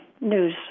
news